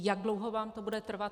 Jak dlouho vám to bude trvat?